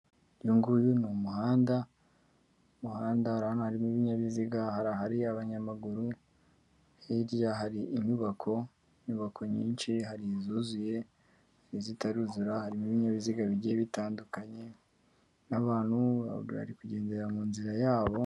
Uyu nguyu n'umuhanda, muhanda harimo ibinyabiziga hari ahari abanyamaguru hirya hari inyubako nyubako nyinshi hari zuzuye n'izitaruzura harimo ibinyabiziga bigiye bitandukanye n'abantu bari kugendera mu nzira yabo.